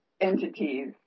entities